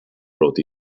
brought